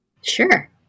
sure